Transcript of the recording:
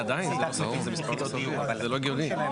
אין בעיה,